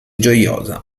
gioiosa